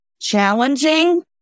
challenging